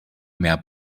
mehr